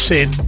Sin